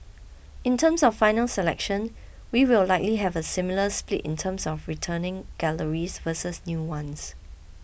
in terms of final selection we will likely have a similar split in terms of returning galleries versus new ones